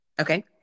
Okay